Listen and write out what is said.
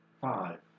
five